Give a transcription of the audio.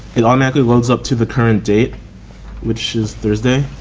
it automatically loads up to the current date which is thursday.